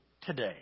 today